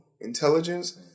intelligence